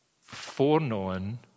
foreknown